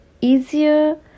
easier